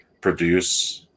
produce